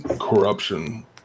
corruption